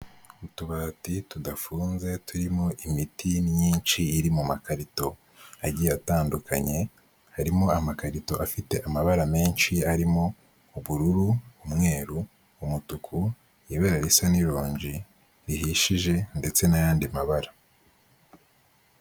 Utubati tudafunze turimo imiti myinshi iri mu makarito agiye atandukanye, harimo amakarito afite amabara menshi arimo ubururu, umweru, umutuku, ibara risa n'ironji rihishije ndetse n'ayandidi mabara.